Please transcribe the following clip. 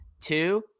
two